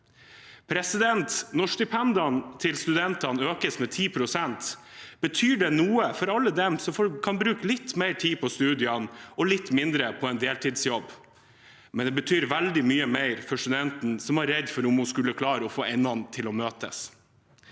bedre. Når stipendene til studentene økes med 10 pst., betyr det noe for alle dem som kan bruke litt mer tid på studiene og litt mindre på en deltidsjobb, men det betyr veldig mye mer for studenten som var redd for om hun skulle klare å få endene til å møtes.